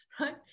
right